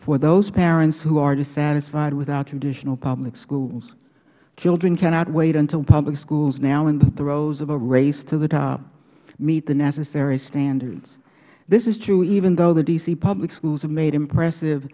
for those parents who are dissatisfied with our traditional public schools children cannot wait until public schools now in the throws of a race to the top meet the necessary standards this is true even though the d c public schools have made impressive